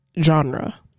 genre